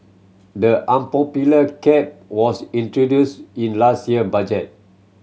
the unpopular cap was introduced in last year budget